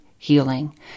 healing